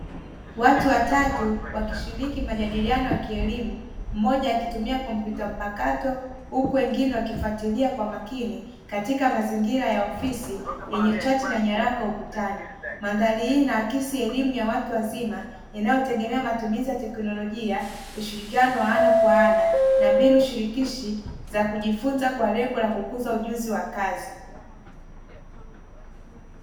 Watu watatu wakishiriki majadiliano ya kielimu mmoja akitumia kompyuta mpakato huku wengine wakifuatilia kwa makini katika mazingira ya ofisi yenye chati na nyaraka ukutani. Mandhari hii inaakisi elimu ya watu wazima inayotegemea matumizi ya teknolojia, ushirikiano wa ana kwa ana na mbinu shirikishi za kujifunza kwa lengo la kukuza ujuzi wa kazi.